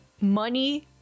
money